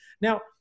Now